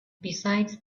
besides